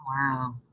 Wow